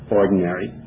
ordinary